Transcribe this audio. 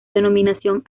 denominación